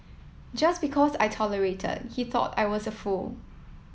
just because I tolerated he thought I was a fool